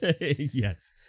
Yes